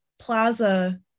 plaza